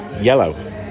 Yellow